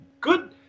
good